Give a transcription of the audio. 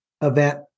event